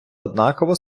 однакова